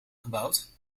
gebouwd